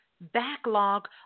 backlog